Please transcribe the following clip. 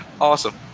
Awesome